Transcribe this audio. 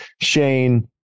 Shane